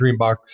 Dreambox